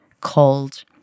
called